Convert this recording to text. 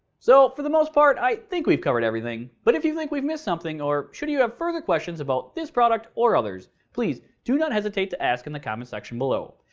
so, for the most part i think we covered everything. but if you think we've missed something or should you have further questions about this product or others please do not hesitate to ask in the comment section below.